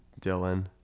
Dylan